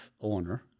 owner